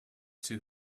too